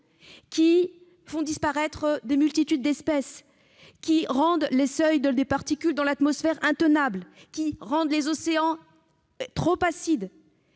qui font disparaître des multitudes d'espèces, qui rendent les seuils de particules dans l'atmosphère intenables ou qui rendent les océans trop acides.